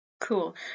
Cool